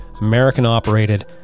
american-operated